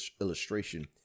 illustration